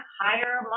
higher